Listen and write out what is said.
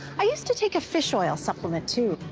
i used to take a fish oil supplement too,